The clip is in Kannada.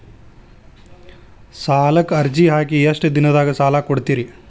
ಸಾಲಕ ಅರ್ಜಿ ಹಾಕಿ ಎಷ್ಟು ದಿನದಾಗ ಸಾಲ ಕೊಡ್ತೇರಿ?